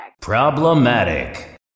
problematic